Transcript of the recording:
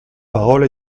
parole